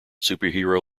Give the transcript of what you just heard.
superhero